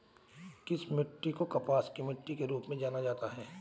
किस मिट्टी को कपास की मिट्टी के रूप में जाना जाता है?